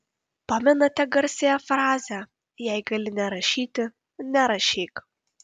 pamenate garsiąją frazę jei gali nerašyti nerašyk